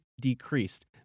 decreased